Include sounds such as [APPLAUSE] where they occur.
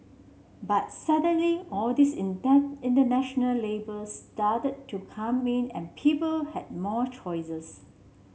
but suddenly all these [UNINTELLIGIBLE] international labels started to come in and people had more choices